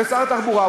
שר התחבורה,